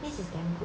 this is damn good